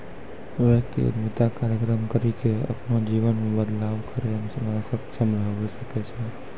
व्यक्ति उद्यमिता कार्यक्रम करी के अपनो जीवन मे बदलाव करै मे सक्षम हवै सकै छै